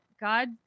God